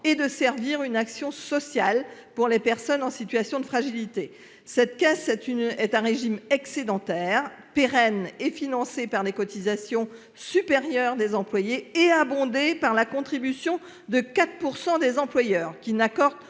-et de servir une action sociale pour les personnes en situation de fragilité. Cette caisse est un régime excédentaire pérenne, financé par les cotisations supérieures des employés et abondé par la contribution de 4 % des employeurs, qui n'accorde